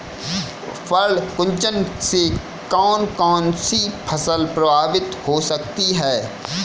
पर्ण कुंचन से कौन कौन सी फसल प्रभावित हो सकती है?